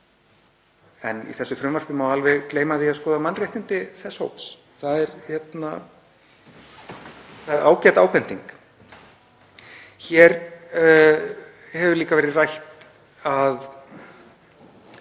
En í þessu frumvarpi má alveg gleyma því að skoða mannréttindi þess hóps. Það er ágæt ábending. Hér hefur líka verið rætt að